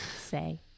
say